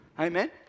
Amen